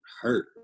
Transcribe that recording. hurt